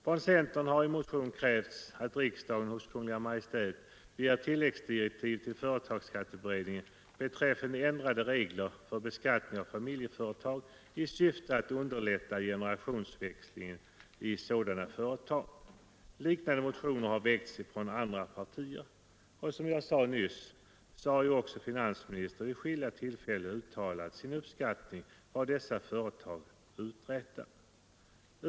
Från centern har i motion krävts att riksdagen hos Kungl. Maj:t begär tilläggsdirektiv till företagsskatteberedningen beträffande ändrade regler för beskattningen av familjeföretag i syfte att underlätta generationsväxlingen i sådana företag. Liknande motioner har väckts från andra partier. Och som jag nyss sade har också finansministern vid skilda tillfällen uttalat sin uppskattning av vad dessa företag uträttar även om man skulle önskat att denna uppfattning mera framträtt i propositionen.